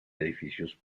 edificios